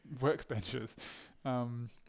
workbenches